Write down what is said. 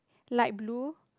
like blue